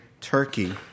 Turkey